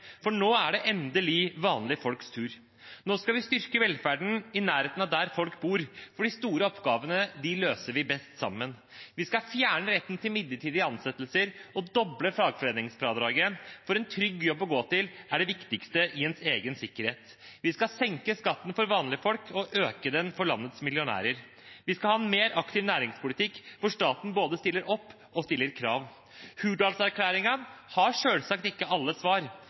for nå er det endelig vanlige folks tur. Nå skal vi styrke velferden i nærheten av der folk bor, for de store oppgavene løser vi best sammen. Vi skal fjerne retten til midlertidige ansettelser og doble fagforeningsfradraget, for en trygg jobb å gå til er det viktigste for ens egen sikkerhet. Vi skal senke skatten for vanlige folk og øke den for landets millionærer. Vi skal ha en mer aktiv næringspolitikk, hvor staten både stiller opp og stiller krav. Hurdalserklæringen har selvsagt ikke alle svar,